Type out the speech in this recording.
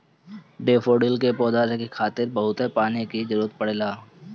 daffodil के पौधा खातिर बहुते पानी के जरुरत पड़ेला